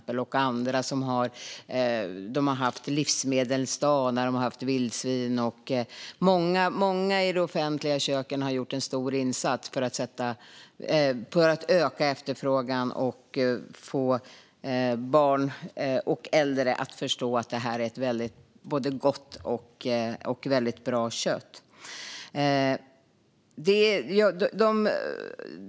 Kalmar och andra ställen har haft livsmedelsdag, där det har serverats vildsvin. Många i de offentliga köken har gjort en stor insats för att öka efterfrågan och få barn och äldre att förstå att detta är ett både gott och bra kött.